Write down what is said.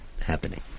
happening